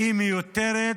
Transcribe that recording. היא מיותרת.